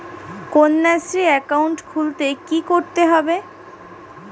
Kanyashree account খুলতে কী করতে হবে?